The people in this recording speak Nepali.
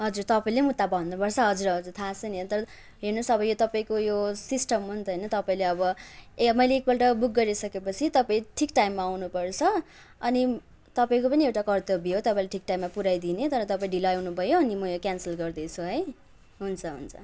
हजुर तपाईँले पनि उता भन्नुपर्छ हजुर हजुर थाहा छ नि अन्त हेर्नुहोस् अब यो तपाईँको यो सिस्टम हो नि त होइन तपाईँले अब ए मैले एकपल्ट बुक गरिसकेपछि तपाईँ ठिक टाइममा आउनुपर्छ अनि तपाईँको पनि एउटा कर्त्तव्य हो तपाईँले ठिक टाइममा पुऱ्याइदिने तर तपाईँ ढिलो आउनु भयो अनि म यो क्यानसल गर्दैछु है हुन्छ हुन्छ